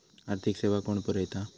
आर्थिक सेवा कोण पुरयता?